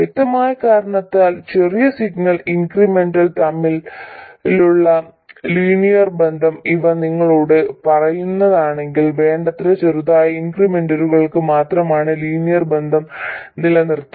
വ്യക്തമായ കാരണത്താൽ ചെറിയ സിഗ്നൽ ഇൻക്രിമെന്റുകൾ തമ്മിലുള്ള ലീനിയർ ബന്ധം ഇവ നിങ്ങളോട് പറയുന്നതിനാൽ വേണ്ടത്ര ചെറുതായ ഇൻക്രിമെന്റുകൾക്ക് മാത്രമാണ് ലീനിയർ ബന്ധം നിലനിർത്തുന്നത്